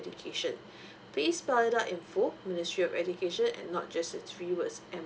please spell it out in full ministry of education and not just the three words M_O_E